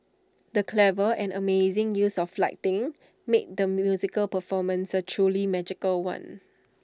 the clever and amazing use of flighting made the musical performance A truly magical one